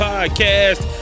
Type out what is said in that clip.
Podcast